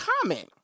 comment